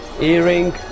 Earring